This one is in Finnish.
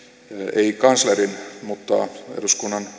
ei kanslerin vaan eduskunnan